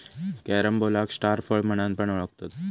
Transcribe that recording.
कॅरम्बोलाक स्टार फळ म्हणान पण ओळखतत